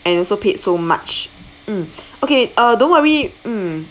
and also paid so much mm okay uh don't worry mm